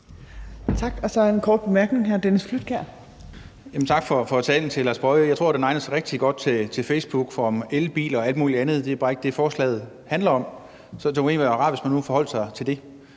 Tak. Der er en kort bemærkning